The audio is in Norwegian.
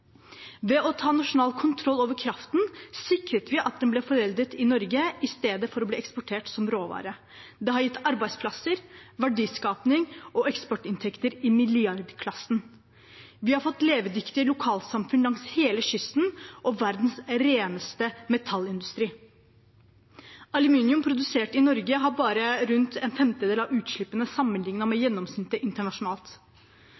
Ved å ta nasjonal kontroll over kraften sikret vi at den ble foredlet i Norge, istedenfor å bli eksportert som råvare. Det har gitt arbeidsplasser, verdiskaping og eksportinntekter i milliardklassen. Vi har fått levedyktige lokalsamfunn langs hele kysten og verdens reneste metallindustri. Aluminium produsert i Norge har bare rundt en femtedel av utslippene sammenlignet med